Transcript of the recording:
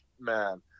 man